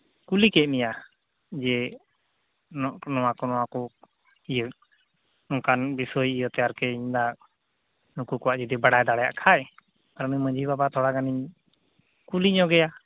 ᱠᱩᱞᱤ ᱠᱮᱫ ᱢᱮᱭᱟ ᱡᱮ ᱱᱚᱣᱟᱠᱚ ᱱᱚᱣᱟᱠᱚ ᱤᱭᱟᱹ ᱱᱚᱝᱠᱟᱱ ᱵᱤᱥᱚᱭ ᱤᱭᱟᱹᱛᱮ ᱟᱨᱠᱤᱧ ᱢᱮᱱᱫᱟ ᱱᱩᱠᱩ ᱠᱚᱣᱟᱜ ᱡᱩᱫᱤ ᱵᱟᱲᱟᱭ ᱫᱟᱲᱮᱭᱟᱜ ᱠᱷᱟᱱ ᱟᱨ ᱩᱱᱤ ᱢᱟᱺᱡᱷᱤ ᱵᱟᱵᱟ ᱛᱷᱚᱲᱟ ᱜᱟᱱᱤᱧ ᱠᱩᱞᱤ ᱧᱚᱜᱮᱭᱟ